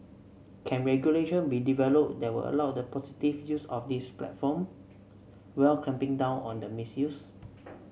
can regulation be developed that will allow the positive use of these platform while clamping down on the misuse